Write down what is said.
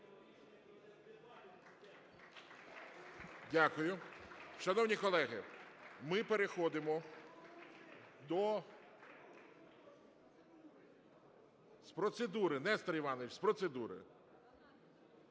Дякую. Шановні колеги, ми переходимо до... З процедури – Нестор Іванович, з процедури.